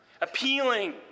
Appealing